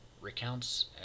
recounts